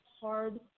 hard